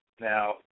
Now